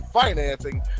financing